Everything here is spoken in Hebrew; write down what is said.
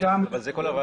זה כל הרעיון.